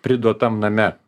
priduotam name